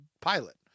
pilot